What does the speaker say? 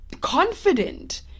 confident